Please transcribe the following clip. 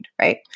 right